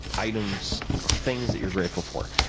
items or things that you're grateful for,